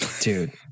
Dude